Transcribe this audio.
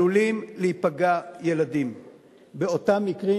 עלולים להיפגע ילדים באותם מקרים,